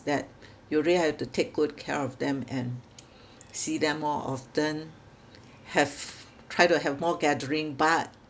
that you really have to take good care of them and see them more often have try to have more gathering but